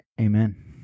Amen